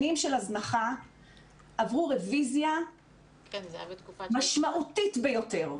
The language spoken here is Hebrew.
שנים של הזנחה עברו רביזיה משמעותית ביותר.